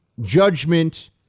judgment